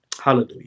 Hallelujah